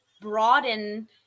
broaden